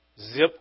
zip